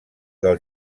del